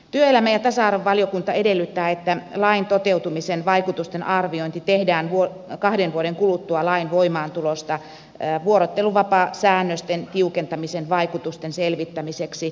työelämä ja tasa arvovaliokunta edellyttää että lain toteutumisen vaikutusten arviointi tehdään kahden vuoden kuluttua lain voimaantulosta vuorotteluvapaasäännösten tiukentamisen vaikutusten selvittämiseksi